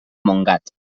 montgat